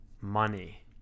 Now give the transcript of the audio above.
money